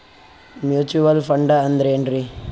Mutual fund ಅಂದ್ರೆನ್ರಿ?